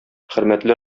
хөрмәтле